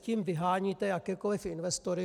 Tím vyháníte jakékoli investory.